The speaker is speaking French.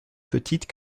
petites